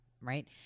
right